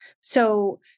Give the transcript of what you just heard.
So-